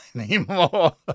anymore